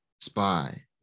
spy